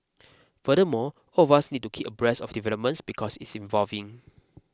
furthermore all of us need to keep abreast of developments because it's evolving